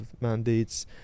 mandates